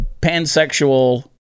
pansexual